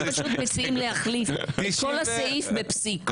אנחנו מציעים להחליף את כל הסעיף בפסיק.